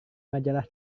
majalah